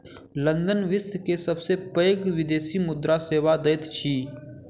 London विश्व के सबसे पैघ विदेशी मुद्रा सेवा दैत अछि